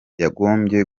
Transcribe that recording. yagombye